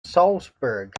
salzburg